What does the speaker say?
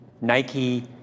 Nike